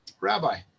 rabbi